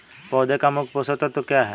पौधे का मुख्य पोषक तत्व क्या हैं?